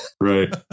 Right